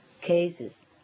cases